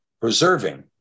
preserving